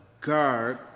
Guard